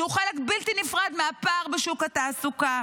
שהוא חלק בלתי נפרד מהפער בשוק התעסוקה.